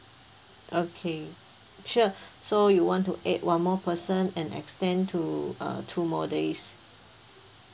okay sure so you want add one more person and extend to uh two more days